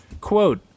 Quote